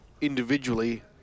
individually